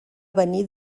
venir